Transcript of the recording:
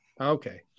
Okay